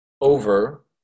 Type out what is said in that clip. over